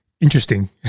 interesting